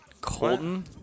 Colton